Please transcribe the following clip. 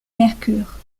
mercure